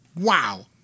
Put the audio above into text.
Wow